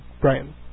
Brian